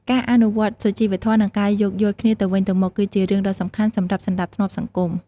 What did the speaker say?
ការអនុវត្តន៍សុជីវធម៌និងការយោគយល់គ្នាទៅវិញទៅមកគឺជារឿងដ៏សំខាន់សម្រាប់សណ្តាប់ធ្នាប់សង្គម។